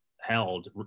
held